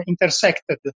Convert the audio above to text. intersected